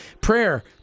prayer